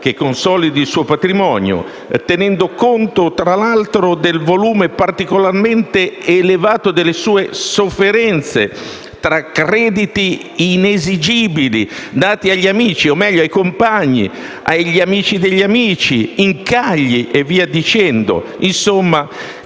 che consolidi il suo patrimonio, tenendo conto, tra l'altro, del volume particolarmente elevato delle sue sofferenze (tra crediti inesigibili concessi agli amici, o meglio ai compagni, agli amici degli amici, incagli e via dicendo) che,